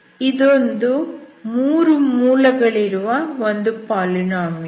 ಇದೊಂದು 3 ಮೂಲ ಗಳಿರುವ ಒಂದು ಪೋಲಿನೋಮಿಯಲ್